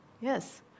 Yes